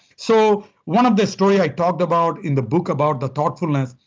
so one of the story i talk about in the book about the thoughtfulness,